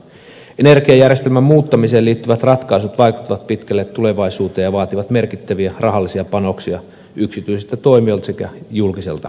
energiajärjestelmän muuttamiseen liittyvät ratkaisut vaikuttavat pitkälle tulevaisuuteen ja vaativat merkittäviä rahallisia panoksia yksityisiltä toimijoilta sekä julkiselta sektorilta